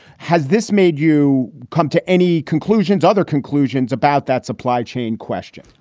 has this made you come to any conclusions, other conclusions about that supply chain question?